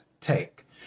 take